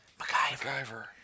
MacGyver